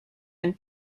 and